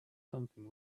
something